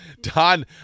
Don